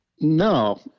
No